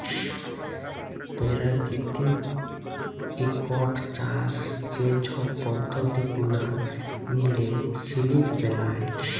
পেরাকিতিক ইকট চাষ যে ছব পদ্ধতি গুলা মিলে সিলিক বেলায়